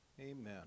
Amen